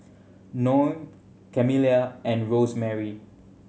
Noe Camilla and Rosemarie